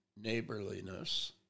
Neighborliness